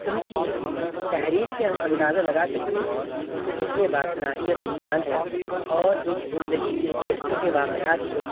ان کی تحریر سے ہم اندازہ لگا سکتے ہیں کہ کتنے باصلاحیت انسان ہیں اور ایک زندگی کے چھوٹے چھوٹے واقعات کو